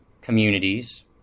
communities